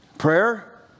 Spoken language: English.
Prayer